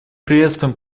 приветствуем